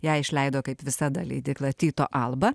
ją išleido kaip visada leidykla tyto alba